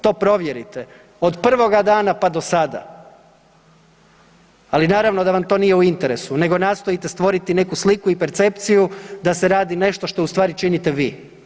To provjerite, od prvoga dana, pa do sada, ali naravno da vam to nije u interesu nego nastojite stvoriti neku sliku i percepciju da se radi nešto što u stvari činite vi.